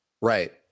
right